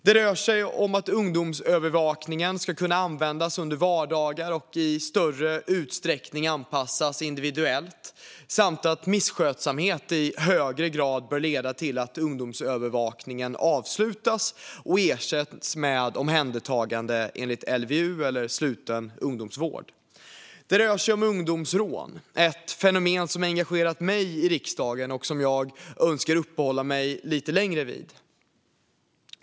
Det rör sig om att ungdomsövervakningen ska kunna användas under vardagar och i större utsträckning anpassas individuellt samt att misskötsamhet i högre grad bör leda till att ungdomsövervakningen avslutas och ersätts med omhändertagande enligt LVU eller sluten ungdomsvård. Det rör sig om ungdomsrån, ett fenomen som engagerat mig i riksdagen och som jag önskar uppehålla mig lite längre vid.